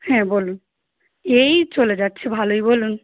হ্যাঁ বলুন এই চলে যাচ্ছে ভালোই বলুন